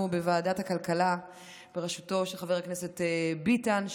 בוועדת הכלכלה בראשותו של חבר הכנסת ביטן,